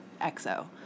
EXO